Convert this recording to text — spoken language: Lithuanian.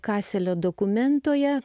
kaselio dokumentoje